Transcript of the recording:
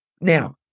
Now